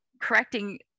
correcting